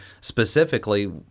specifically